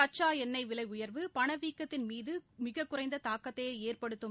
கச்சா எண்ணெய் விலை உயர்வு பணவீக்கத்தின் மீது மிகக்குறைந்த தாக்கத்தையே ஏற்படுத்தும்